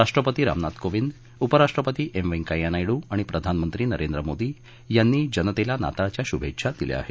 राष्ट्रपती रामनाथ कोविंद उपराष्ट्रपती एम व्यकय्या नायडू आणि प्रधानमंत्री नरेन्द्र मोदी यांनी जनतेला नाताळच्या शुभेच्छा दिल्या आहेत